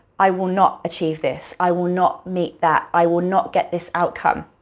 i will not achieve this, i will not meet that, i will not get this outcome,